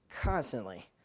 constantly